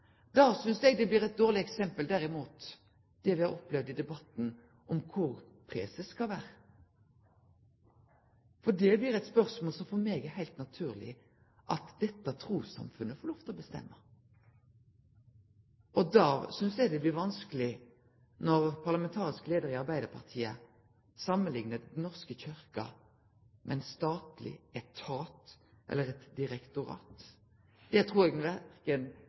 opplevd i debatten om kor preses skal vere, blir eit dårleg eksempel. Det er eit spørsmål som det for meg er heilt naturleg at trussamfunnet må få lov til å bestemme. Og da synest eg det blir vanskeleg når den parlamentariske leiaren i Arbeiderpartiet samanliknar Den norske kyrkja med ein statleg etat eller eit direktorat. Det trur eg verken